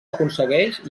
aconsegueix